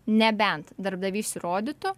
nebent darbdavys įrodytų